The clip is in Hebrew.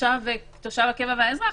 תושב הקבע והאזרח,